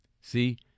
See